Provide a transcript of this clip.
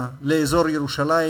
לאזור ירושלים,